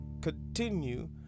continue